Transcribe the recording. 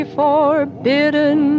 forbidden